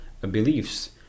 beliefs